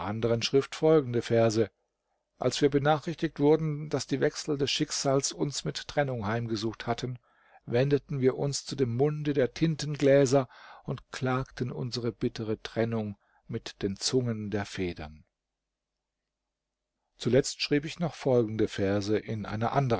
anderen schrift folgende verse als wir benachrichtigt wurden daß die wechsel des schicksals uns mit trennung heimgesucht hatten wendeten wir uns zu dem munde der tintengläser und klagten unsere bittere trennung mit den zungen der federn zuletzt schrieb ich noch folgende verse in einer